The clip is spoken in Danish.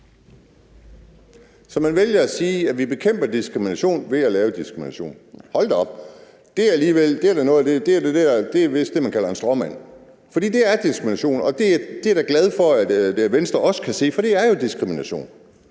Så man vælger at sige, at vi bekæmper diskrimination ved at lave diskrimination. Hold da op, det er vist det, man kalder en stråmand. For det er diskrimination, og jeg er da glad for, at Venstre også kan se det, for det er jo diskrimination.